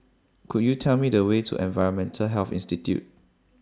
Could YOU Tell Me The Way to Environmental Health Institute